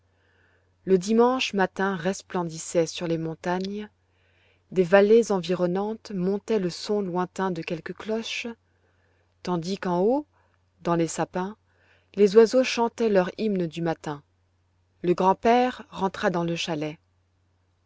le dimanche matin resplendissait sur les montagnes des vallées environnantes montait le son lointain de quelques cloches tandis qu'en haut dans les sapins les oiseaux chantaient leur hymne du matin le grand-père rentra dans le chalet